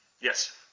yes